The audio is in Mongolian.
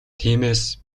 тиймээс